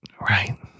Right